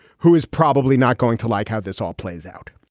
who is probably not going to like how this all plays out